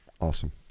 Awesome